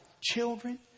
children